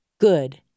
good